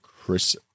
Chris